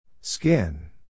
Skin